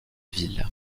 ville